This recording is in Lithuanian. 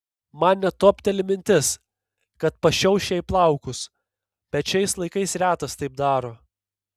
man net topteli mintis kad pašiauš jai plaukus bet šiais laikais retas taip daro